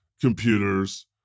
computers